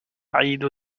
عيد